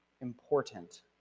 important